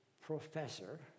professor